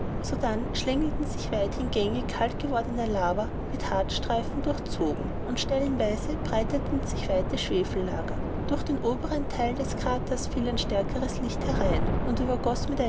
sodann schlängelten sich weithin gänge kalt gewordener lava mit harzstreifen durchzogen und stellenweise breiteten sich weite schwefellager durch den oberen theil des kraters fiel ein stärkeres licht herein und übergoß